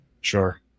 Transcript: Sure